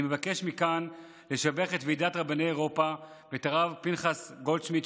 אני מבקש מכאן לשבח את ועידת רבני אירופה ואת הרב פנחס גולדשמידט,